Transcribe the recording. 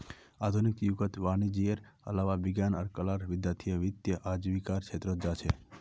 आधुनिक युगत वाणिजयेर अलावा विज्ञान आर कलार विद्यार्थीय वित्तीय आजीविकार छेत्रत जा छेक